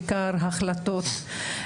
והרים את היום הזה פעמים